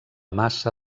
massa